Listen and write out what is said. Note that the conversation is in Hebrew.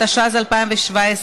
התשע"ז 2017,